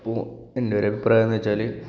അപ്പോൾ എൻ്റെ ഒരു അഭിപ്രായം എന്ന് വെച്ചാല്